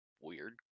weird